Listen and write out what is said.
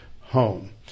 home